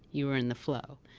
you were in the flow.